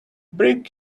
bring